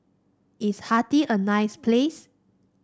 is Haiti a nice place